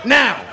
now